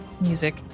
music